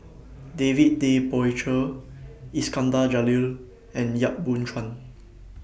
David Tay Poey Cher Iskandar Jalil and Yap Boon Chuan